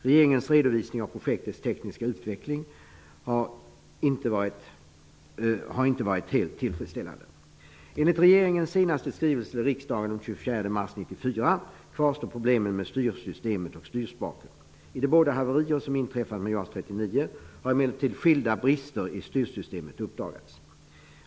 Regeringens redovisning av projektets tekniska utveckling har inte varit helt tillfredsställande. Enligt regeringens senaste skrivelse till riksdagen den 24 mars 1994 kvarstår problemen med styrsystemet och styrspaken. Vid de båda haverierna som inträffade med JAS 39 har emellertid skilda brister i styrsystemet uppdagats.